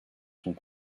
sont